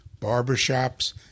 barbershops